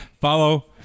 Follow